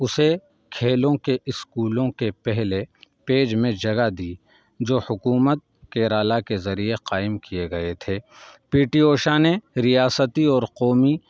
اسے کھیلوں کے اسکولوں کے پہلے پیج میں جگہ دی جو حکومت کیرالا کے ذریعے قائم کئے گئے تھے پی ٹی اوشا نے ریاستی اور قومی